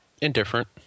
Indifferent